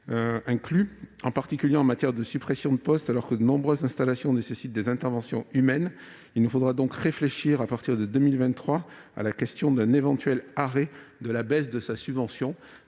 inclus, en particulier en matière de suppressions de postes, alors que de nombreuses installations nécessitent des interventions humaines. Il nous faudra donc réfléchir à partir de 2023 à un éventuel arrêt de la baisse de sa subvention.